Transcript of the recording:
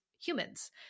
humans